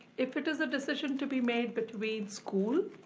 if it is a decision to be made between school,